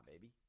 baby